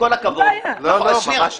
ממש לא.